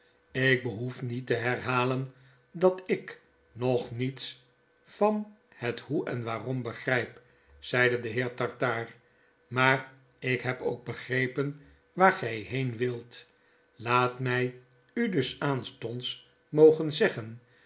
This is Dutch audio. lk behoef niet te herhalen dat ik nog niets van het hoe en waarom begryp zeide de heer tartaar maar ik heb ook begrepen waar gij heen wilt laat my u dus aanstonds mogen zeggen